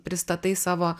pristatai savo